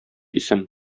исем